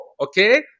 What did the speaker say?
okay